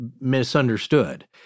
misunderstood